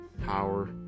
power